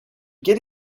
get